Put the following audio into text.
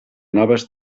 noves